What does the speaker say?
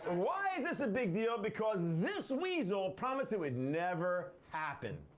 and why is this a big deal? because this weasel promised it would never happen.